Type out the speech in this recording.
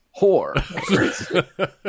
whore